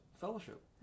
fellowship